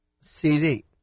CD